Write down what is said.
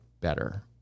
better